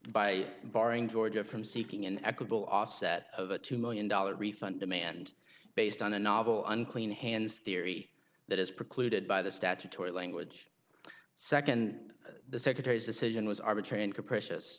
by barring georgia from seeking an equable offset of a two million dollars refund demand based on a novel unclean hands theory that is precluded by the statutory language second the secretary's decision was arbitrary